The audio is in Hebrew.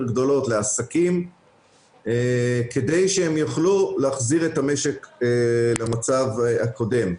גדולות לעסקים כדי שהם יוכלו להחזיר את המשק למצב הקודם.